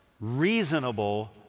reasonable